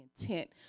intent